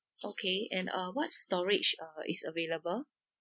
okay and uh what storage uh is available